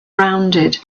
rounded